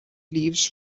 leaves